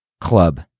club